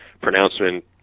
pronouncement